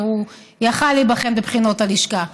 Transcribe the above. והוא יכול היה להיבחן בבחינות הלשכה.